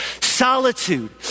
Solitude